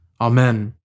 Amen